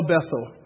Bethel